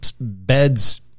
beds